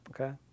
okay